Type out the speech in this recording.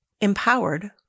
Empowered